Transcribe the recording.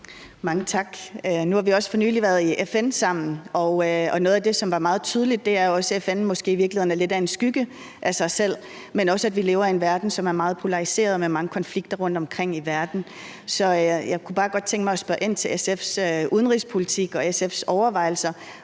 Mange tak. Nu har vi også for nylig været i FN sammen. Noget af det, som er meget tydeligt, er, at FN måske i virkeligheden er lidt af en skygge af sig selv, men også, at vi lever i en verden, som er meget polariseret med mange konflikter rundtomkring i verden. Så jeg kunne bare godt tænke mig at spørge ind til SF's udenrigspolitik og SF's overvejelser